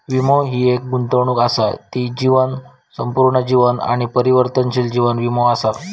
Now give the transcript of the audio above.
वीमो हि एक गुंतवणूक असा ती जीवन, संपूर्ण जीवन आणि परिवर्तनशील जीवन वीमो असा